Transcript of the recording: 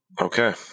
Okay